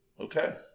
Okay